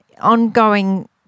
ongoing